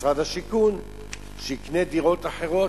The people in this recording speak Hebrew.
משרד השיכון כדי שיקנה דירות אחרות,